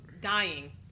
dying